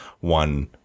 one